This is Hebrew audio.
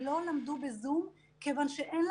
ולא למדו בזום מכיוון שאין להם מחשב.